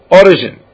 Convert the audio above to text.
origin